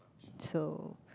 so